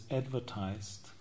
advertised